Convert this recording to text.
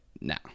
now